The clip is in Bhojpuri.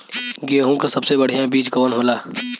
गेहूँक सबसे बढ़िया बिज कवन होला?